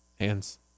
Hands